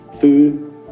food